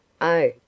Oh